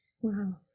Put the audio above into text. Wow